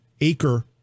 acre